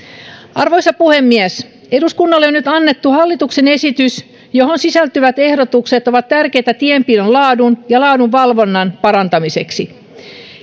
arvoisa puhemies eduskunnalle on nyt annettu hallituksen esitys johon sisältyvät ehdotukset ovat tärkeitä tienpidon laadun ja laadunvalvonnan parantamiseksi